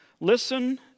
Listen